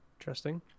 Interesting